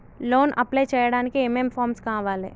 Loan apply చేయడానికి ఏం ఏం ఫామ్స్ కావాలే?